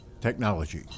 technology